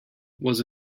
was